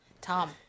Tom